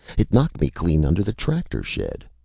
it knocked me clean under the tractor shed.